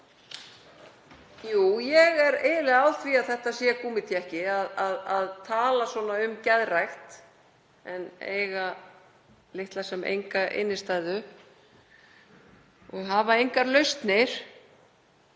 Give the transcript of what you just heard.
Jú, ég er eiginlega á því að það sé gúmmítékki að tala svona um geðrækt en eiga litla sem enga innstæðu, hafa engar lausnir